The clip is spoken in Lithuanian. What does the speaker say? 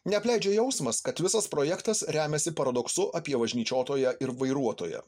neapleidžia jausmas kad visas projektas remiasi paradoksu apie važnyčiotoją ir vairuotoją